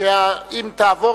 אם תעבור